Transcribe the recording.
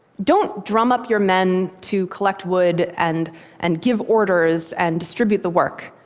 don't drum up your men to collect wood and and give orders and distribute the work.